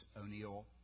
O'Neill